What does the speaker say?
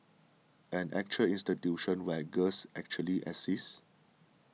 an actual institution where girls actually exist